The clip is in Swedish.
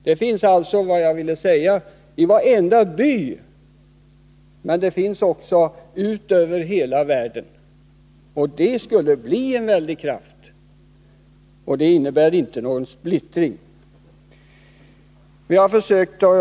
De finns överallt, i varenda by, inte bara i Norden utan i stora delar av världen. Gemensamt skulle de bilda en väldig kraft. Det är inte fråga om någon splittring av folk och grupper.